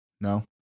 No